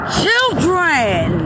children